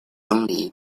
整理